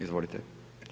Izvolite.